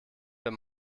wenn